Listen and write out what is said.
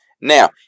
Now